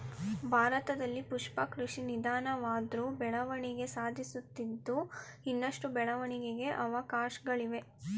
ಭಾರತದಲ್ಲಿ ಪುಷ್ಪ ಕೃಷಿ ನಿಧಾನವಾದ್ರು ಬೆಳವಣಿಗೆ ಸಾಧಿಸುತ್ತಿದ್ದು ಇನ್ನಷ್ಟು ಬೆಳವಣಿಗೆಗೆ ಅವಕಾಶ್ಗಳಿವೆ